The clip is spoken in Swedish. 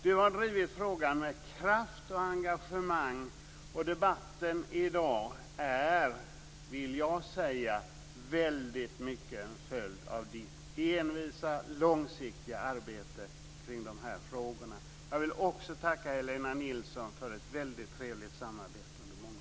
Du har drivit frågan med kraft och engagemang, och debatten i dag är - det vill jag säga - väldigt mycket en följd av ditt envisa och långsiktiga arbete kring de här frågorna. Jag vill också tacka Helena Nilsson för ett väldigt trevligt samarbete under många år.